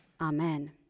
Amen